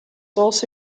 also